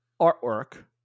artwork